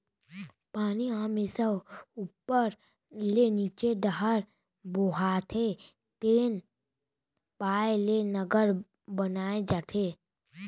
पानी ह हमेसा उप्पर ले नीचे डहर बोहाथे तेन पाय ले नहर बनाए जाथे